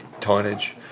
tonnage